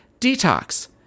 Detox